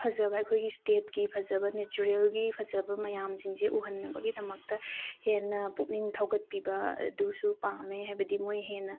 ꯐꯖꯕ ꯑꯩꯈꯣꯏꯒꯤ ꯁ꯭ꯇꯦꯠꯀꯤ ꯐꯖꯕ ꯅꯦꯆꯔꯦꯜꯒꯤ ꯐꯖꯕ ꯃꯌꯥꯝꯁꯤꯡꯁꯦ ꯎꯍꯟꯕꯒꯤꯗꯃꯛꯇ ꯍꯦꯟꯅ ꯄꯨꯛꯅꯤꯡ ꯊꯧꯒꯠꯄꯤꯕ ꯑꯗꯨꯁꯨ ꯄꯥꯝꯃꯦ ꯍꯥꯏꯕꯗꯤ ꯃꯣꯏ ꯍꯦꯟꯅ